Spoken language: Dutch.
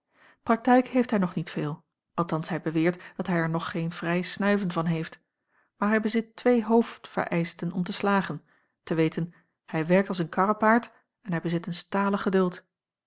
praktijk heeft hij nog niet veel althans hij beweert dat hij er nog geen vrij snuiven van heeft maar hij bezit twee hoofdvereischten om te slagen t w hij werkt als een karrepaard en hij bezit een stalen geduld